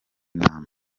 inama